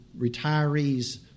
retirees